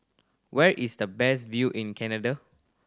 where is the best view in Canada